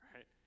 Right